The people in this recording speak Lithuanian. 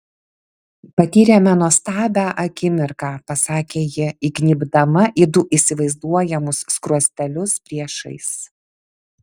patyrėme nuostabią akimirką pasakė ji įgnybdama į du įsivaizduojamus skruostelius priešais